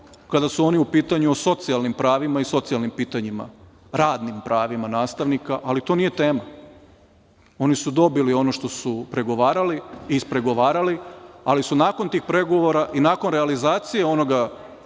kada su oni u pitanju, o socijalnim pravima i socijalnim pitanjima, radnim pravima nastavnika, ali to nije tema. Oni su dobili ono što su pregovarali i ispregovarali, ali su nakon tih pregovora i nakon realizacije onoga